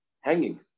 hanging